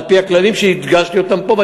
על-פי הכללים שהדגשתי אותם פה,